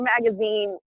magazine